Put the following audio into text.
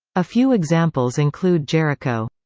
a few examples include jericho!